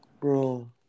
Bro